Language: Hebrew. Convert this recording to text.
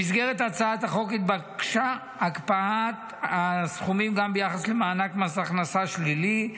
במסגרת הצעת החוק התבקשה הקפאת הסכומים גם ביחס למענק מס הכנסה שלילי,